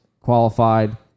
qualified